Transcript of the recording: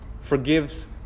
forgives